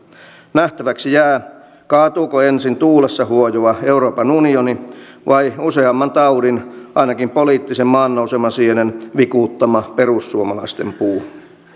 nähtäväksi jää kaatuuko ensin tuulessa huojuva euroopan unioni vai useamman taudin ainakin poliittisen maannousemasienen vikuuttama perussuomalaisten puu